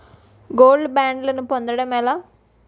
Gold బ్యాండ్లను పొందటం ఎలా?